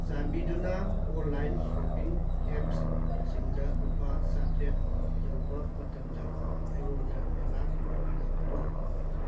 ꯆꯥꯟꯕꯤꯗꯨꯅ online shopping ꯑꯦꯞꯁꯁꯤꯡꯗ ꯂꯨꯄꯥ ꯆꯥꯇ꯭ꯔꯦꯠ ꯌꯧꯕ ꯃꯇꯝꯗ ꯑꯩꯉꯣꯟꯗ ꯑꯦꯂꯥꯔꯠ ꯇꯧꯕꯤꯔꯛꯎ